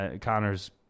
Connor's